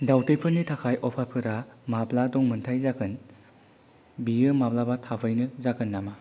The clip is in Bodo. दाउदैफोरनि थाखाय अफारफोरा माब्ला दंमोनथाइ जागोन बियो माब्लाबा थाबैनो जागोन नामा